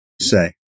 say